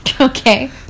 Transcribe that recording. Okay